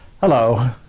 Hello